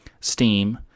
Steam